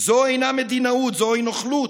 "זו אינה מדינאות, זוהי נוכלות.